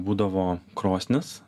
būdavo krosnis